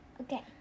Okay